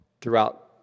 throughout